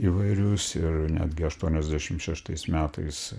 įvairius ir netgi aštuoniasdešim šeštais metais